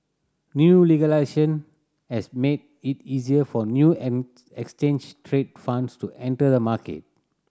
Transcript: new has made it easier for new exchange traded funds to enter the market